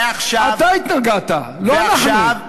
ועכשיו, בשנות האלפיים, אתה התנגדת, לא אנחנו.